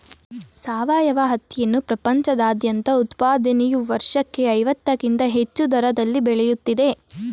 ಸಾವಯವ ಹತ್ತಿಯನ್ನು ಪ್ರಪಂಚದಾದ್ಯಂತ ಉತ್ಪಾದನೆಯು ವರ್ಷಕ್ಕೆ ಐವತ್ತಕ್ಕಿಂತ ಹೆಚ್ಚು ದರದಲ್ಲಿ ಬೆಳೆಯುತ್ತಿದೆ